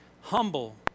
humble